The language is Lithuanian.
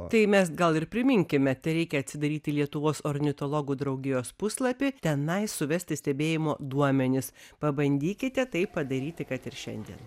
tai mes gal ir priminkime tereikia atsidaryti lietuvos ornitologų draugijos puslapį tenai suvesti stebėjimo duomenis pabandykite tai padaryti kad ir šiandien